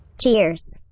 cheers!